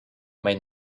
may